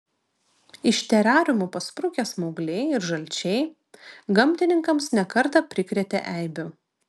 iš terariumų pasprukę smaugliai ir žalčiai gamtininkams ne kartą prikrėtė eibių